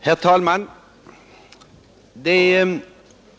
Herr talman!